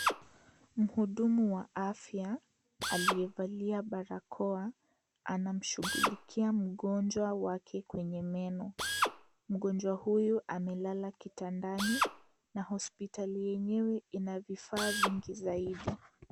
Mhudumu wa afya, aliyevalia balakoa, anamshughulikia mgonjwa wake kwenye meno. Mgonjwa huyu amelala kitandani na hosipitali yenyewe ina vifaa vingi zaidi.